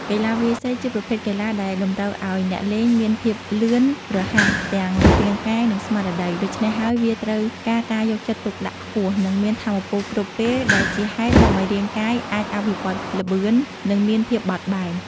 កីឡាវាយសីជាប្រភេទកីឡាដែលតម្រូវឱ្យអ្នកលេងមានភាពលឿនរហ័ស ទាំងរាងកាយ និងស្មារតី ដូច្នេះហើយវាត្រូវការការយកចិត្តទុកដាក់ខ្ពស់ និងមានថាមពលគ្រប់ពេល ដែលជាហេតុនាំឱ្យរាងកាយ អាចអភិវឌ្ឍល្បឿន និងមានភាពបត់បែន។